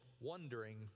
wondering